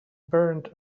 burned